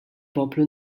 poplu